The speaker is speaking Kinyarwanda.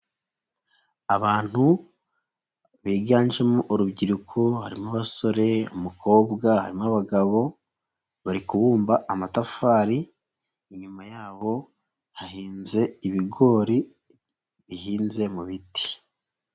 Abantu biganjemo urubyiruko, harimo abasore, umukobwa, harimo abagabo, bari kubumba amatafari, inyuma yabo hahinze ibigori, bihinze mu biti.